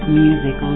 music